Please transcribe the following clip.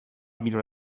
abito